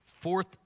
Fourth